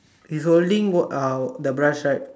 he's holding what are the brush right